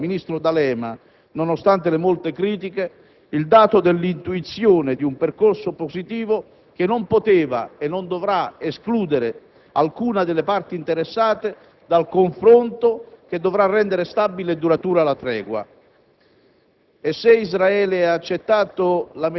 L'intervento del collega Ramponi certificò al ministro D'Alema, nonostante le molte critiche, il dato dell'intuizione di un percorso positivo che non poteva e non dovrà escludere alcuna delle parti interessate dal confronto che dovrà rendere stabile e duratura la tregua.